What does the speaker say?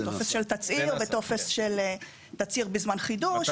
טופס של תצהיר וטופס של תצהיר בזמן חידוש.